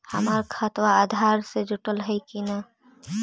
हमर खतबा अधार से जुटल हई कि न?